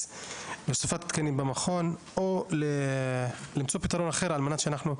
להוספת תקנים במכון או למצוא פתרון אחר על מנת שאנחנו,